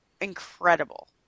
incredible